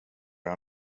jag